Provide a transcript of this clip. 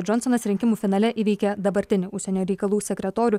džonsonas rinkimų finale įveikė dabartinį užsienio reikalų sekretorių